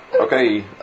Okay